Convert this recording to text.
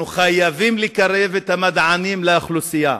אנחנו חייבים לקרב את המדענים לאוכלוסייה,